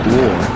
war